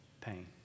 pain